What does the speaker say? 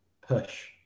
push